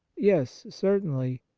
yes, certainly.